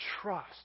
trust